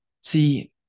see